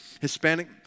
Hispanic